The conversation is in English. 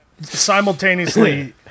simultaneously